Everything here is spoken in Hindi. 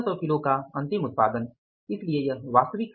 1700 किलो का अंतिम उत्पादन इसलिए यह वास्तविक है